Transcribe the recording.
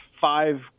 five